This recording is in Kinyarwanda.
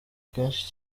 kenshi